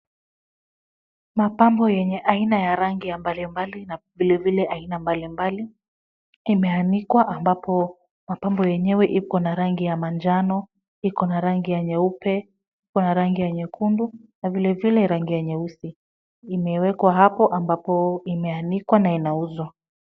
Mapambo yenye aina ya rangi ya mbalimbali na vilevile aina mbalimbali, imeanikwa ambapo mapambo yenyewe iko na rangi ya manjano, iko na rangi ya nyeupe, iko na rangi ya nyekundu na vilevile rangi ya nyeusi, imewekwa hapo ambapo imeanikwa na inauzwa.